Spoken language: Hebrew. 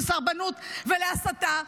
לסרבנות ולהסתה?